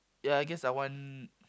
ya I guess I want